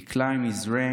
/ He's climbed the ranks,